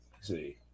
See